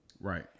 Right